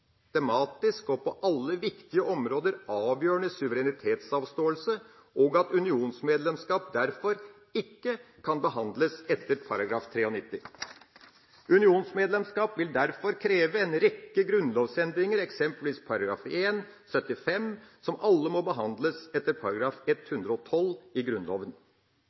systematisk og på alle viktige områder avgjørende suverenitetsavståelse, og at unionsmedlemskap derfor ikke kan behandles etter § 93. Unionsmedlemskap vil derfor kreve en rekke grunnlovsendringer, eksempelvis i § 75, som alle må behandles etter § 112 i Grunnloven.